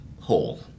whole